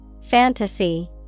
Fantasy